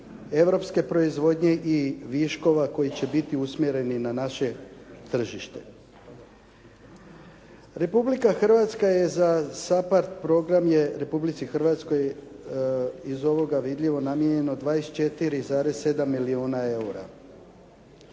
europske proizvodnje i viškova koji će biti usmjereni na naše tržište. Republika Hrvatska je za SAPARD programa je Republici Hrvatskoj iz ovoga vidljivo namijenjeno 24,7 milijuna eura.